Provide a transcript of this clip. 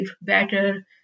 better